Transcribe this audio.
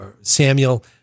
Samuel